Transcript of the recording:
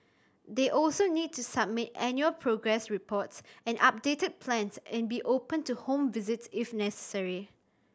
they also need to submit annual progress reports and updated plans and be open to home visits if necessary